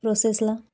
प्रोसेसला